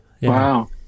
Wow